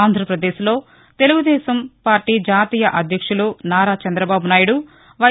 ఆంధ్రప్రదేశ్లో తెలుగు దేశం జాతీయ అధ్యక్షులు నారా చంద్రబాబు నాయుడు వై